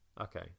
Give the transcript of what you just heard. Okay